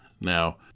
Now